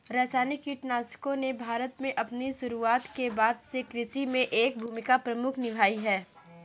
रासायनिक कीटनाशकों ने भारत में अपनी शुरूआत के बाद से कृषि में एक प्रमुख भूमिका निभाई है